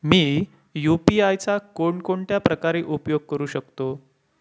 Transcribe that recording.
मी UPI चा कोणकोणत्या प्रकारे उपयोग करू शकतो?